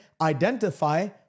identify